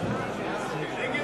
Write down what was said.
ההצעה